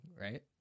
right